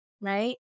Right